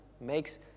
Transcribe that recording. makes